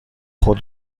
خود